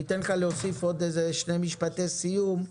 אני אתן לך להוסיף עוד שני משפטי סיום.